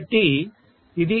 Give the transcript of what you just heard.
కాబట్టి ఇది 2